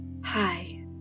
Hi